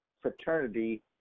fraternity